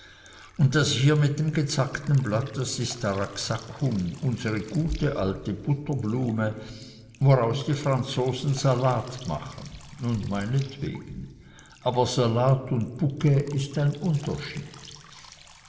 und hier das mit dem gezackten blatt das ist taraxacum unsere gute alte butterblume woraus die franzosen salat machen nun meinetwegen aber salat und bouquet ist ein unterschied